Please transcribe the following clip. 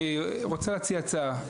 אני רוצה להציע הצעה.